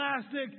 plastic